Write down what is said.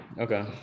Okay